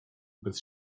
bez